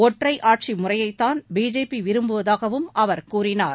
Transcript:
ஒற்றை ஆட்சி முறையைத்தான் பிஜேபி விரும்புவதாகவும் அவர் கூறினார்